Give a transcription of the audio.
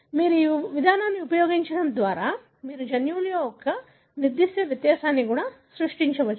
మీరు ఈ విధానాన్ని ఉపయోగించడం ద్వారా మీరు జన్యువులో ఒక నిర్దిష్ట వ్యత్యాసాన్ని కూడా సృష్టించవచ్చు